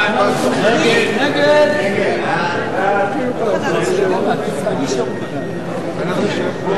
המשרד להגנת הסביבה, סעיף 27, ביטוח לאומי,